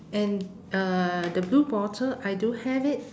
and uh the blue bottle I do have it